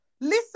Listen